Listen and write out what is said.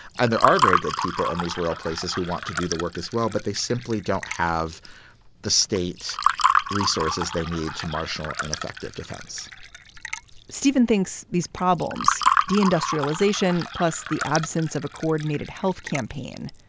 and there are very good people in these rural places who want to do the work as well, but they simply don't have the state's resources. they need to marshal an effective defense stephen thinks these problems de-industrialisation, plus the absence of a coordinated health campaign.